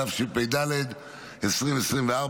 התשפ"ד 2024,